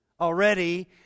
already